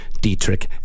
Dietrich